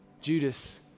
Judas